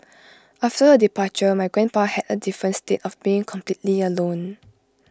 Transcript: after her departure my grandpa had A different state of being completely alone